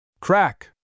Crack